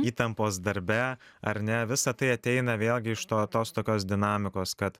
įtampos darbe ar ne visa tai ateina vėlgi iš to tos tokios dinamikos kad